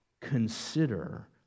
consider